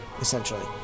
essentially